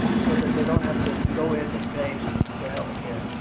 so that they don't have to go in and pay for healthcare.